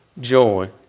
joy